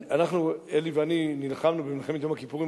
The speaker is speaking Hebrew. אלי ואני נלחמנו במלחמת יום הכיפורים,